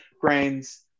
grains